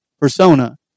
persona